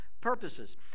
purposes